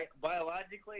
biologically